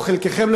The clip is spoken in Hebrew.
או חלקכם,